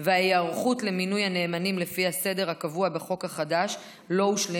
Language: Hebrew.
וההיערכות למינוי הנאמנים לפי הסדר הקבוע בחוק החדש לא הושלמה.